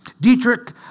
Dietrich